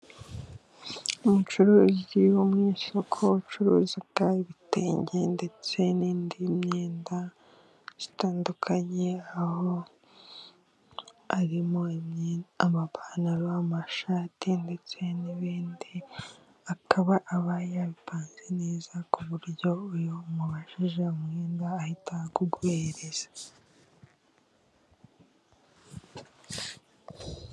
Umucuruzi wo mu isoko， ucuruza iibitenge，ndetse n'indi myenda itandukanye， aho harimo amapantaro，amashati， ndetse n'ibindi， akaba aba yabipanze neza， ku buryo iyo mubajije umwenda， ahita awuguhereza.